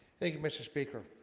thank you mr. speaker